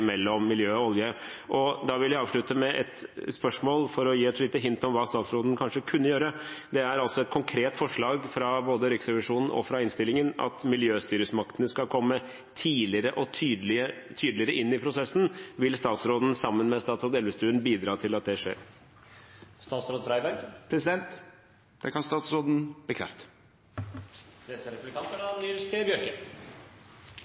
mellom miljø og olje. Da vil jeg avslutte med et spørsmål for å gi et lite hint om hva statsråden kanskje kunne gjøre. Det er altså et konkret forslag fra både Riksrevisjonen og innstillingen at miljøstyresmaktene skal komme tidligere og tydeligere inn i prosessen. Vil statsråden sammen med statsråd Elvestuen bidra til at det skjer? Det kan statsråden bekrefte. Eg reknar med at statsråden har merka seg at ein samla komité seier heilt tydeleg at her er